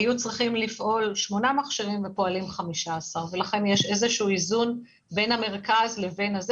היו צריכים לפעול 8 מכשירים ופועלים 15. לכן יש איזשהו איזון בין המרכז לבין ה-,